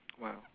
Wow